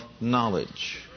knowledge